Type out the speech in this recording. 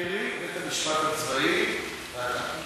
בית-המשפט הצבאי ואתה.